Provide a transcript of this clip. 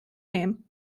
name